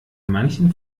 manchen